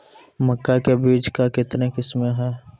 मक्का के बीज का कितने किसमें हैं?